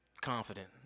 confident